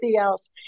else